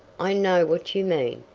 i know what you mean.